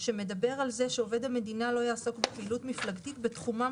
שמדברת על זה שעובד המדינה לא יעסוק בפעילות מפלגתית בתחומם